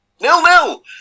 Nil-nil